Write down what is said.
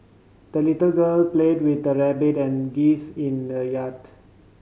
the little girl played with her rabbit and geese in the yard